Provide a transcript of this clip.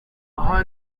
aha